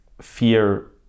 fear